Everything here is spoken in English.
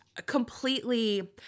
completely